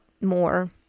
more